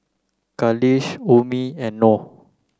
Khalish Ummi and Noh